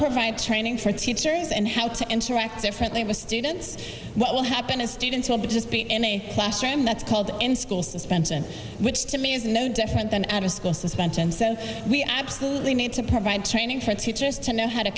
provide training for teachers and how to interact differently with students what will happen is students will be just beat any classroom that's called in school suspension which to me is no different than out of school suspension so we absolutely need to provide training for teachers to know how to